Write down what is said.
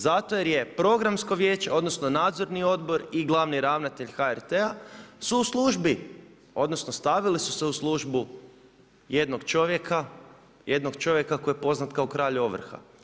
Zato jer je programsko vijeće, odnosno, nadzorni odbor i glavni ravnatelj HRT-a su u službi, odnosno, stavili su se u službu jednog čovjeka, jednog čovjeka koji je poznat kao kralj ovrha.